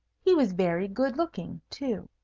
he was very good-looking, too.